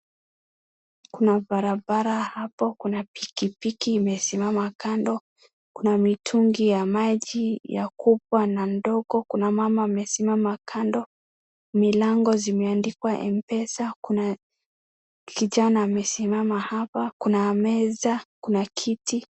Kuna barabara, hapo kuna pikipiki imesimama kando, kuna mitungi ya maji, ya kubwa na ndogo, kuna mama amesimama kando. Milango zimeandikwa M-PESA , kuna kijana amesimama hapa, kuna meza, kuna kiti.